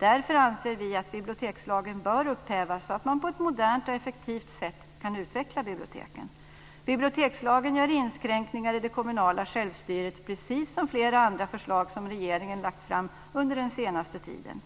Därför anser vi att bibliotekslagen bör upphävas så att man på ett modernt och effektivt kan utveckla biblioteken. Bibliotekslagen gör inskränkningar i det kommunala självstyret precis som flera andra förslag som regeringen har lagt fram under den senaste tiden.